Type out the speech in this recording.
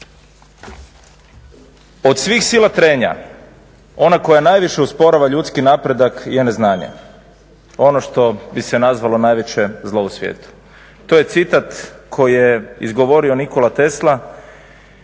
Od svih sila trenja ona koja najviše usporava ljudski napredak je neznanje. Ono što bi se nazvalo najveće zlo u svijetu. To je citat koji je izgovorio Nikola Tesla